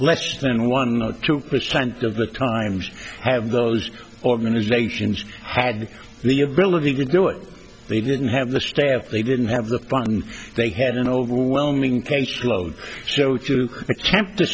less than one or two percent of the times have those organizations had the ability to do it they didn't have the staff they didn't have the funding and they had an overwhelming caseload so if you attempt to